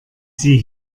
sie